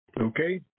Okay